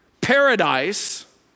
paradise